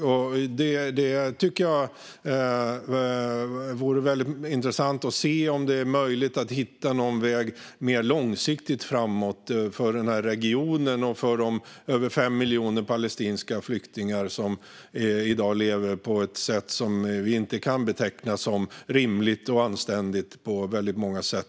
Jag tycker att det vore väldigt intressant att se om det är möjligt att hitta någon väg mer långsiktigt framåt för den här regionen och för de över 5 miljoner palestinska flyktingar som i dag lever på ett sätt som vi inte kan beteckna som rimligt och anständigt.